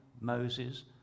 Moses